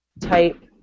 type